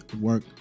work